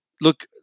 Look